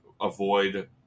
avoid